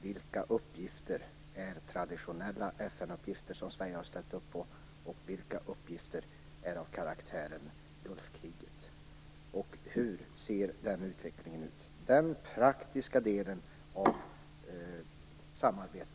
Vilka uppgifter är traditionella FN-uppgifter, som Sverige har ställt upp på, och vilka uppgifter liknar till karaktären Gulfkriget? Hur ser utvecklingen för den praktiska delen av samarbetet ut?